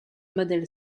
modèle